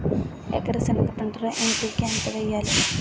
ఎకర సెనగ పంటలో ఎన్.పి.కె ఎంత వేయాలి?